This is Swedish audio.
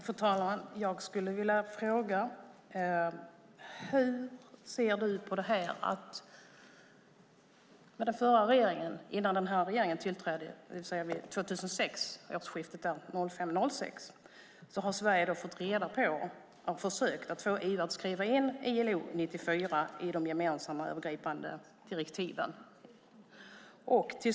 Fru talman! Jag skulle vilja ställa en fråga. Med den förra regeringen - innan denna regering tillträdde - fick Sverige vid årsskiftet 2005/06 reda på försök att få EU att skriva in ILO 94 i de gemensamma övergripande direktiven.